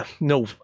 no